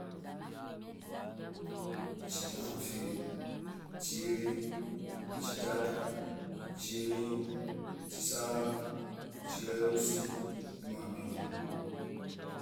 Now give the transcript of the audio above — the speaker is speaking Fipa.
Chitamfi, chili, chitatu, chini, chisano. chiwelusi, jumapili